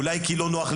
איזה גזענות,